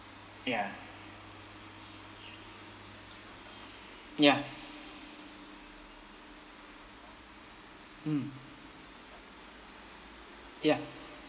ya ya mm ya